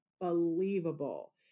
Believable